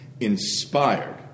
inspired